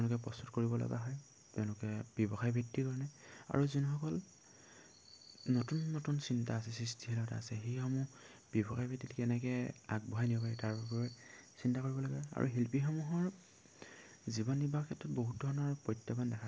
তেওঁলোকে প্ৰস্তুত কৰিব লগা হয় তেওঁলোকে ব্যৱসায় ভিত্তিৰ কাৰণে আৰু যোনসকল নতুন নতুন চিন্তা আছে সৃষ্টিশীলতা আছে সেইসমূহ ব্যৱসায় ভিত্তিত কেনেকৈ আগবঢ়াই নিব পাৰে তাৰ বাবে চিন্তা কৰিব লাগে আৰু শিল্পীসমূহৰ জীৱন নিৰ্বাহ ক্ষেত্ৰত বহুত ধৰণৰ প্ৰত্যাহ্বান দেখা যায়